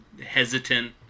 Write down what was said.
hesitant